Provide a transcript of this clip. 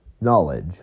Knowledge